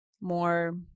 more